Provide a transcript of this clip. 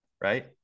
right